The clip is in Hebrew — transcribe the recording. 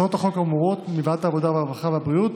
האמורות מוועדת העבודה, הרווחה והבריאות